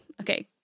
Okay